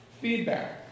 feedback